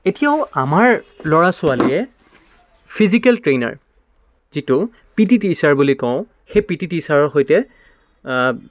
এতিয়াও আমাৰ ল'ৰা ছোৱালীয়ে ফিজিকেল ট্ৰেইনাৰ যিটো পি টি টিচাৰ বুলি কওঁ সেই পি টি টিচাৰৰ সৈতে